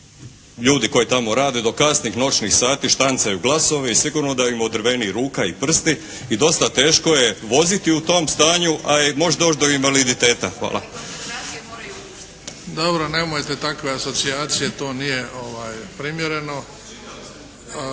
ljudi koji tamo rade do kasnih noćnih sati štancaju glasove i sigurno da im odrveni ruka i prsti i dosta teško je voziti u tom stanju, a može doći i do invaliditeta. Hvala. **Bebić, Luka (HDZ)** Dobro, nemojte takve asocijacije. To nije primjereno.